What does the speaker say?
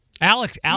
Alex